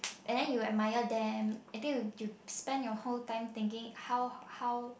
and then you admire them until you you spend your whole time thinking how how